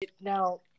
Now